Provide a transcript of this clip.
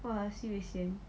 !wah! sibei sian